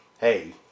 hey